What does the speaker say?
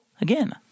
again